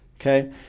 okay